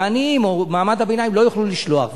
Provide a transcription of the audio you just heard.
והעניים או מעמד הביניים לא יוכלו לשלוח.